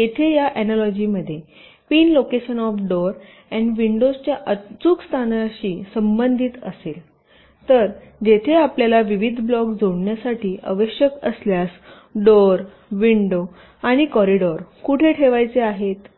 येथे या अनालॉगी मध्ये पिन लोकेशन ऑफ डोर आणि विंडोच्या अचूक स्थानाशी संबंधित असेल तर जेथे आपल्याला विविध ब्लॉक जोडण्यासाठी आवश्यक असल्यास डोर विंडो आणि कॉरिडॉर कुठे ठेवायचे आहेत